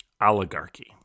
Oligarchy